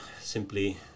simply